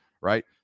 right